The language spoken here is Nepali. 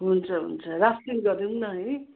हुन्छ हुन्छ राफ्टिङ गरिदिउँ न है